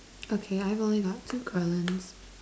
okay I've only got two columns